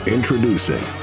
Introducing